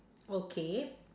okay